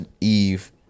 Eve